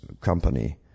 company